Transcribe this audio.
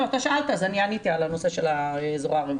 אתה שאלת ולכן עניתי על נושא זרוע הרווחה.